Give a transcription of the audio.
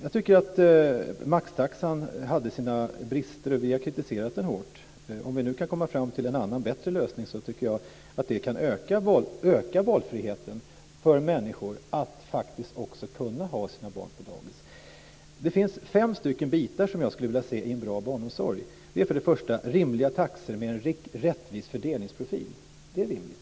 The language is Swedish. Jag tycker att maxtaxan hade sina brister, och vi har kritiserat den hårt. Om vi nu kan komma fram till en annan bättre lösning tycker jag att det kan öka valfriheten för människor att faktiskt också kunna ha sina barn på dagis. Det finns fem bitar som jag skulle vilja se i en bra barnomsorg. Det är först och främst rimliga taxor med en rättvis fördelningsprofil. Det är rimligt.